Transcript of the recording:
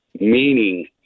meaning